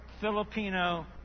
Filipino